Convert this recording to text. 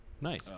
Nice